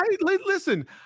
Listen